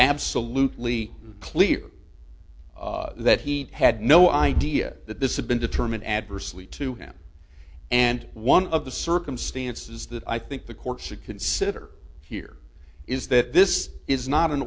absolutely clear that he had no idea that this had been determined adversely to him and one of the circumstances that i think the court should consider here is that this is not an